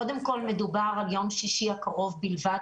קודם כל, מדובר על יום שישי הקרוב בלבד.